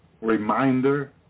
reminder